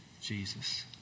Jesus